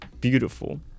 beautiful